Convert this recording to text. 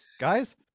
Guys